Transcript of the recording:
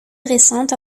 récente